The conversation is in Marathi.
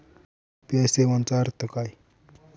यू.पी.आय सेवेचा अर्थ काय?